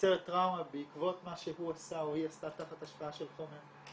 ונוצרת טראומה בעקבות מה שהוא או היא עשתה תחת השפעה של חומר,